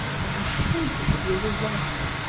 i have told him of your arrival.